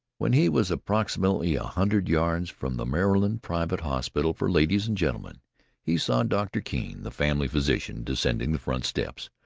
when he was approximately a hundred yards from the maryland private hospital for ladies and gentlemen he saw doctor keene, the family physician, descending the front steps,